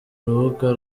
urubuga